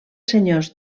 senyors